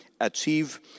achieve